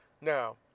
now